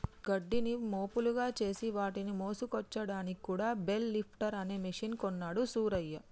గడ్డిని మోపులుగా చేసి వాటిని మోసుకొచ్చాడానికి కూడా బెల్ లిఫ్టర్ అనే మెషిన్ కొన్నాడు సూరయ్య